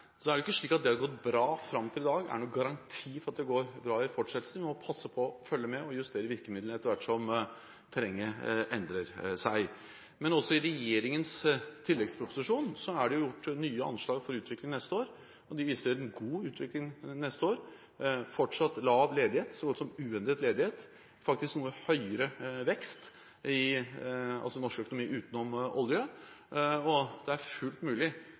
Så er det ikke slik at det at det har gått bra fram til i dag, er noen garanti for at det går bra i fortsettelsen. Vi må passe på, følge med og justere virkemidlene etter hvert som terrenget endrer seg. Også i regjeringens tilleggsproposisjon er det gjort nye anslag for utviklingen neste år. De viser en god utvikling neste år, med fortsatt lav – så godt som uendret – ledighet, og faktisk noe høyere vekst i norsk økonomi utenom olje. Det er fullt mulig